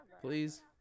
please